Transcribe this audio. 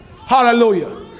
Hallelujah